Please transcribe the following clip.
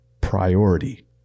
priority